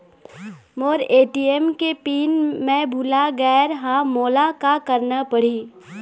मोर ATM के PIN मैं भुला गैर ह, मोला का करना पढ़ही?